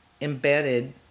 embedded